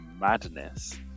madness